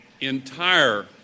entire